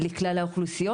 לדעתי בנוהל.